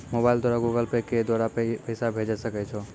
Mobile द्वारा Google Pay के द्वारा भी पैसा भेजै सकै छौ?